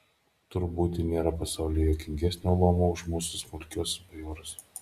tur būti nėra pasaulyje juokingesnio luomo už mūsų smulkiuosius bajorus